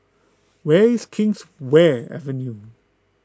where is Kingswear Avenue